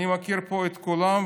אני מכיר פה את כולם,